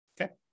Okay